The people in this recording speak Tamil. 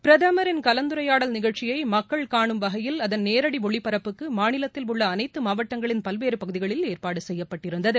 பிரதமரின் கலந்துரையாடல் நிகழ்ச்சியை மக்கள் கானும் வகையில் அதன் நேரடி ஒளிபரப்புக்கு மாநிலத்தில் உள்ள அனைத்து மாவட்டங்களின் பல்வேறு பகுதிகளில் ஏற்பாடு செய்யப்பட்டிருந்தது